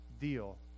deal